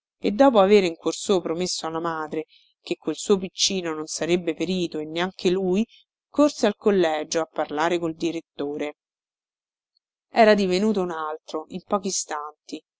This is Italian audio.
e dopo avere in cuor suo promesso alla madre che quel suo piccino non sarebbe perito e neanche lui corse al collegio a parlare col direttore era divenuto un altro in pochi istanti